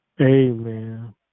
Amen